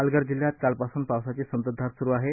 पालघर जिल्ह्यात काल पासून पावसाची संततधार सुरू आहे